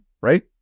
right